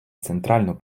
центральну